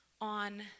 on